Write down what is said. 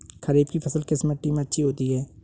खरीफ की फसल किस मिट्टी में अच्छी होती है?